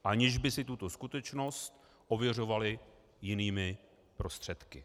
Aniž by si tuto skutečnost ověřovali jinými prostředky.